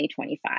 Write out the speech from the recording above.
2025